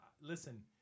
Listen